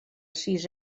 sis